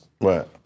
Right